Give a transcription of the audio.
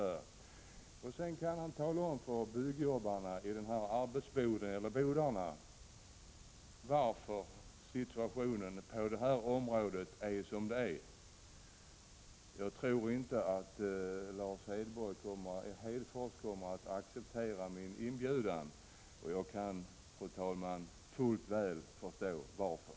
Då kunde han tala om för arbetarna i dessa arbetsbodar varför situationen på detta område är som den är. Jag tror inte att Lars Hedfors kommer att acceptera min inbjudan, och jag kan, fru talman, fuller väl förstå varför.